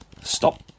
Stop